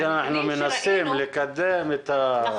על כן אנחנו מנסים לקדם את זה.